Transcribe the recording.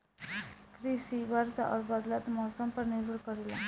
कृषि वर्षा और बदलत मौसम पर निर्भर करेला